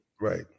Right